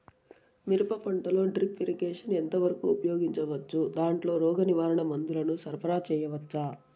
మిరప పంటలో drip irrigation ఎంత వరకు ఉపయోగించవచ్చు, దాంట్లో రోగ నివారణ మందుల ను సరఫరా చేయవచ్చా?